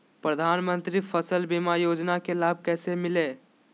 प्रधानमंत्री फसल बीमा योजना के लाभ कैसे लिये?